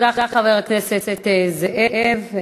תודה, חבר הכנסת זאב.